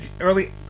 Early